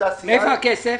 מאיפה הכסף?